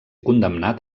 condemnat